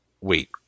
Wait